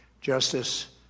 justice